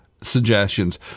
Suggestions